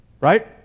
Right